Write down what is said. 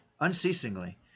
unceasingly